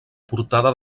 portada